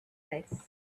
less